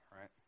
right